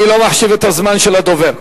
אני לא מחשיב את זמן הדובר.